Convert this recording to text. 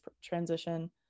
transition